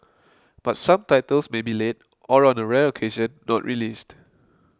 but some titles may be late or on a rare occasion not released